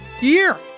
year